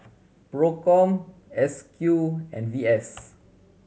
Procom S Q and V S